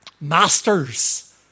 Masters